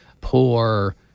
poor